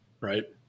right